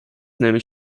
nämlich